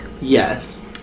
Yes